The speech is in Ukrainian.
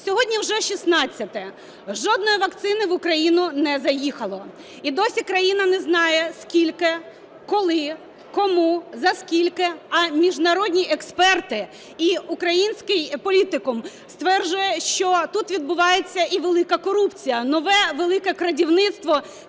Сьогодні вже 16-е, жодної вакцини в Україну не заїхало. І досі країна не знає, скільки, коли, кому, за скільки. А міжнародні експерти і український політикум стверджують, що тут відбувається і велика корупція – нове "велике крадівництво",